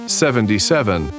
seventy-seven